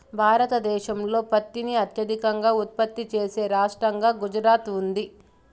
భారతదేశంలో పత్తిని అత్యధికంగా ఉత్పత్తి చేసే రాష్టంగా గుజరాత్ ఉంది